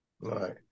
Right